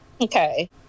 okay